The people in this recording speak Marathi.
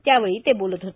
त्यावेळी ते बोलत होते